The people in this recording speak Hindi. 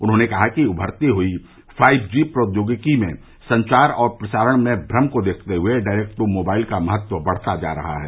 उन्होंने कहा कि उमरती हुई फाइव जी प्रौदयोगिकी में संचार और प्रसारण में भ्रम को देखते हुए डायरेक्ट टू मोबाइल का महत्व बढता जा रहा है